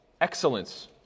excellence